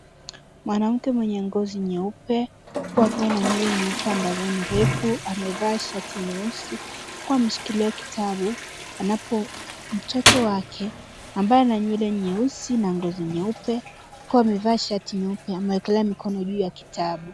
Mwanamke mwenye ngozi nyeupe, huku akiwa na nywele nyeupe ambazo ni refu, amevaa shati nyeusi huku ameshikilia kitabu anapo. Mtoto wake ambaye ana nywele nyeusi na ngozi nyeupe huku amevaa shati nyeupe amewekelea mkono juu ya kitabu.